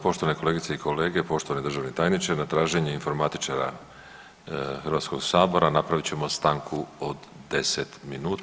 Poštovane kolegice i kolege, poštovani državni tajniče na traženje informatičara Hrvatskoga sabora napravit ćemo stanku od 10 minuta.